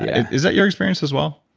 is that your experience as well?